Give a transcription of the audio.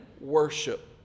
worship